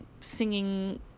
singing